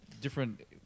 different